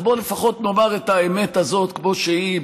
אז בוא לפחות נאמר את האמת הזאת כמו שהיא,